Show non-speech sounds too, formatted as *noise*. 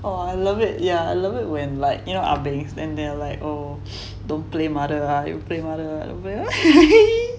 oh I love it yeah I love it when like you know ah bengs and they're like oh don't play mother you play mother *laughs*